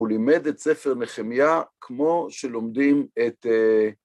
‫הוא לימד את ספר נחמיה ‫כמו שלומדים את...